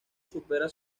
supera